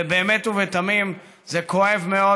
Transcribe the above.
ובאמת ובתמים זה כואב מאוד,